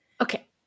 Okay